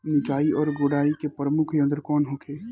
निकाई और गुड़ाई के प्रमुख यंत्र कौन होखे?